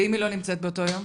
ואם היא לא נמצאת באותו יום?